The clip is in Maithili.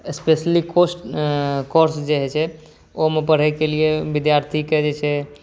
स्पेशली कोर्स कोर्स जे होइ छै ओहिमे पढ़ैकेलिए विद्यार्थीके जे छै